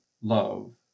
love